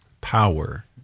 power